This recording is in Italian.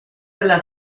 della